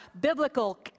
biblical